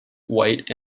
white